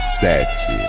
sete